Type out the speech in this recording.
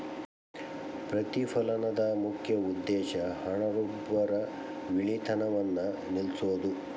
ಪ್ರತಿಫಲನದ ಮುಖ್ಯ ಉದ್ದೇಶ ಹಣದುಬ್ಬರವಿಳಿತವನ್ನ ನಿಲ್ಸೋದು